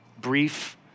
brief